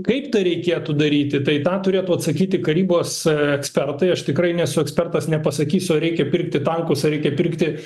kaip tą reikėtų daryti tai tą turėtų atsakyti karybos ekspertai aš tikrai nesu ekspertas nepasakysiu ar reikia pirkti tankus ar reikia pirkti